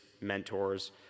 mentors